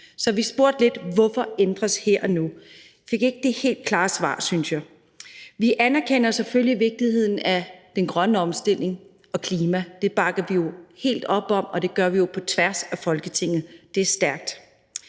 Så vi spurgte: Hvorfor ændre det her og nu? Vi fik ikke det helt klare svar, synes jeg. Vi anerkender selvfølgelig vigtigheden af den grønne omstilling og klimatiltagene, det bakker vi jo helt op om, og det gør vi på tværs af Folketinget. Det er stærkt.